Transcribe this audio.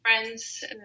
friends